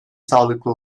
sağlıklı